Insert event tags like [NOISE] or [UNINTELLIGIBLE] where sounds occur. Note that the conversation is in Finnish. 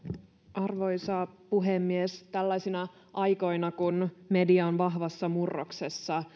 arvoisa puhemies tällaisina aikoina kun media on vahvassa murroksessa [UNINTELLIGIBLE]